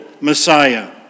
Messiah